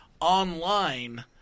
online